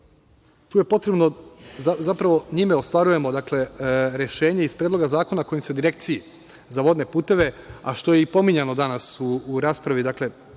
na prvi cilj, zapravo njime ostvarujemo rešenje iz Predloga zakona kojim se Direkciji za vodne puteve, a što je i pominjano danas u raspravi koja